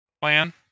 plan